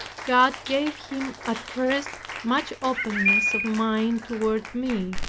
god gave him at first much openness of mind toward me.